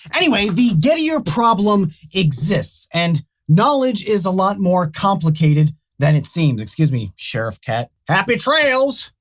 anyway the gettier problem exists and knowledge is a lot more complicated than it seems. excuse me, sheriff cat. happy trails!